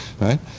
right